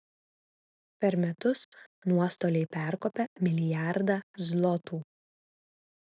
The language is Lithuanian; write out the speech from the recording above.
per metus nuostoliai perkopia milijardą zlotų